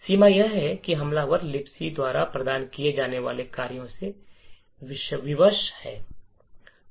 सीमा यह है कि हमलावर लिबक द्वारा प्रदान किए जाने वाले कार्यों से विवश है